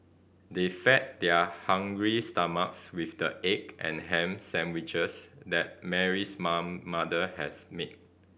they fed their hungry stomachs with the egg and ham sandwiches that Mary's mum mother has made